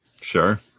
Sure